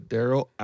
Daryl